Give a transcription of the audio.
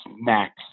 max